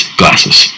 glasses